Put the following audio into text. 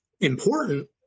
important